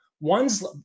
one's